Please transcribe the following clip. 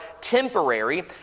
temporary